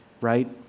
right